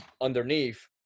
underneath